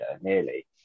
nearly